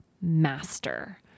master